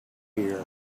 here